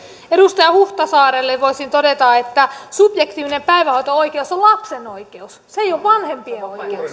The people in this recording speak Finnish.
edustaja huhtasaarelle voisin todeta että subjektiivinen päivähoito oikeus on lapsen oikeus se ei ole vanhempien oikeus